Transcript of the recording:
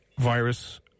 virus